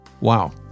wow